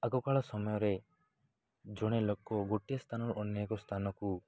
ଆଗକାଳ ସମୟରେ ଜଣେ ଲୋକ ଗୋଟିଏ ସ୍ଥାନରୁ ଅନ୍ୟ ଏକ ସ୍ଥାନକୁ